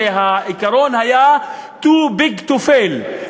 שהעיקרון היה too big to fail,